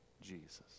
Jesus